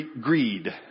greed